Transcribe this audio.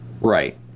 right